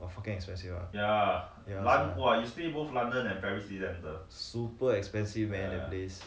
!whoa! fucking expensive ah ya super expensive everyday